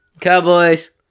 cowboys